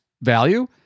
value